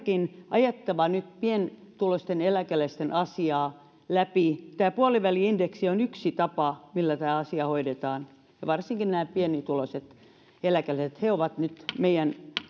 ajettava nyt pienituloisten eläkeläisten asiaa läpi tämä puoliväli indeksi on yksi tapa millä tämä asia hoidetaan ja varsinkin nämä pienituloiset eläkeläiset ovat nyt varmaan meidän kaikkien